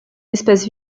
espace